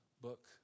book